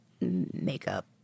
makeup